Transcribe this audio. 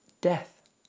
Death